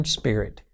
spirit